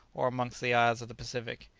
or amongst the isles of the pacific.